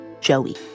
Joey